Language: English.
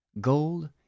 Gold